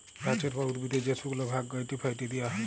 গাহাচের বা উদ্ভিদের যে শুকল ভাগ ক্যাইটে ফ্যাইটে দিঁয়া হ্যয়